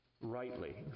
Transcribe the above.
rightly